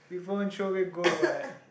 people won't throw away gold what